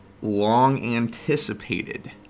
long-anticipated